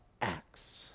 acts